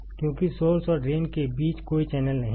क्योंकि सोर्स और ड्रेन के बीच कोई चैनल नहीं था